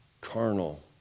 carnal